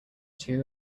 two